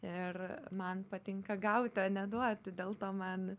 ir man patinka gauti o ne duodi dėl to man